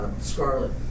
scarlet